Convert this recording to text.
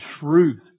truth